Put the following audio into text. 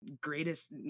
greatest